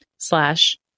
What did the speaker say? slash